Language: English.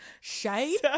shade